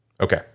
Okay